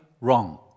wrong